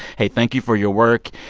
hey, thank you for your work,